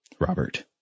Robert